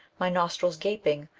my nostrils gaping,